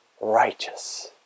Righteous